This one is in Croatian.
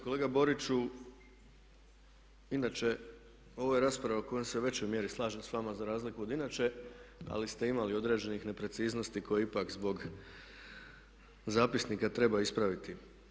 Kolega Boriću, inače ovo je rasprava u kojoj se u većoj mjeri slažem s vama za razliku od inače ali ste imali određenih nepreciznosti koje ipak zbog zapisnika treba ispraviti.